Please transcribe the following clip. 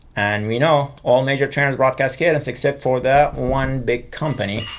and we know all major trainers broadcast cadence except for the one big company.